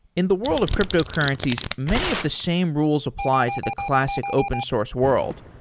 in the world of cryptocurrencies, many of the same rules applied to the classic open source world,